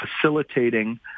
facilitating